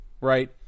right